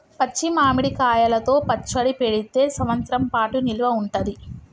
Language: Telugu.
పచ్చి మామిడి కాయలతో పచ్చడి పెడితే సంవత్సరం పాటు నిల్వ ఉంటది